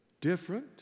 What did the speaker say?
different